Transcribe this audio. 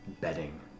bedding